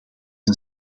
een